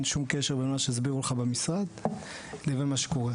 שום קשר בין מה שהסבירו לך במשרד לבין מה שקורה.